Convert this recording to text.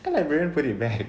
then like when put it back